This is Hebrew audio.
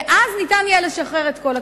ואז ניתן יהיה לשחרר את כל הכספים.